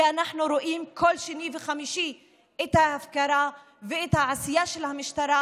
כי אנחנו רואים כל שני וחמישי את ההפקרה ואת העשייה של המשטרה,